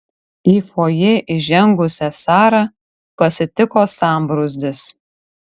į fojė įžengusią sarą pasitiko sambrūzdis